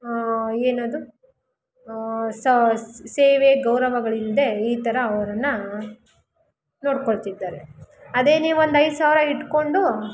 ಏನದು ಸೇವೆ ಗೌರವಗಳಿಲ್ಲದೇ ಈ ಥರ ಅವ್ರನ್ನು ನೋಡ್ಕೊಳ್ತಿದ್ದಾರೆ ಅದೇ ನೀವೊಂದು ಐದು ಸಾವಿರ ಇಟ್ಕೊಂಡು